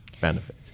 benefit